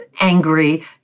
angry